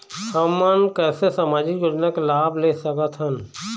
हमन कैसे सामाजिक योजना के लाभ ले सकथन?